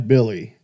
Billy